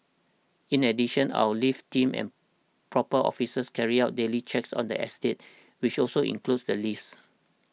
in addition our lift team and proper officers carry out daily checks on the estates which also include the lifts